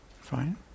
fine